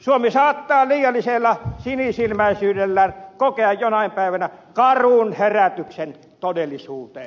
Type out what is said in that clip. suomi saattaa liiallisella sinisilmäisyydellään kokea jonain päivänä karun herätyksen todellisuuteen